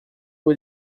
por